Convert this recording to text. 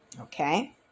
okay